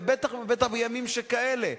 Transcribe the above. ובטח ובטח בימים כאלה.